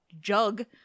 jug